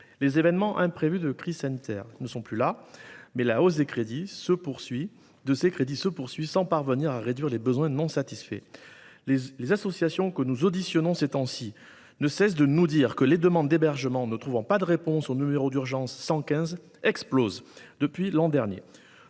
les événements imprévus de la crise sanitaire sont derrière nous, mais la hausse de ces crédits se poursuit, sans parvenir à réduire les besoins non satisfaits. En effet, les associations que nous auditionnons actuellement ne cessent de répéter que le nombre de demandes d’hébergement ne trouvant pas de réponse au numéro d’urgence 115 explose depuis l’an dernier.